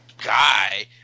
guy